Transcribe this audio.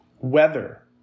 weather